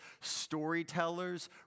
Storytellers